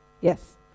yes